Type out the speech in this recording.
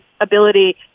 ability